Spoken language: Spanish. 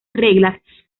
reglas